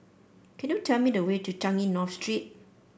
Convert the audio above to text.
can you tell me the way to Changi North Street